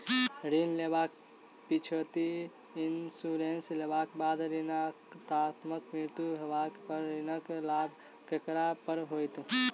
ऋण लेबाक पिछैती इन्सुरेंस लेबाक बाद ऋणकर्ताक मृत्यु होबय पर ऋणक भार ककरा पर होइत?